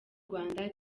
rwanda